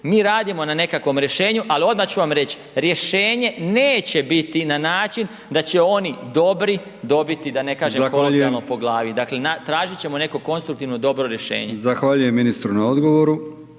mi radimo na nekakvom rješenju, ali odmah ću vam reći. Rješenje neće biti na način da će oni dobri dobiti da ne kažem kolokvijalno po glavi …/Upadica: Zahvaljujem./… dakle tražit ćemo neko konstruktivno, dobro rješenje. **Brkić, Milijan (HDZ)** Zahvaljujem ministru na odgovoru.